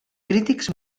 crítics